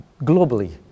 globally